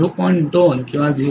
2 किंवा 0